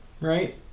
right